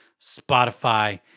Spotify